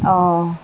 অঁ